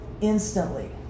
instantly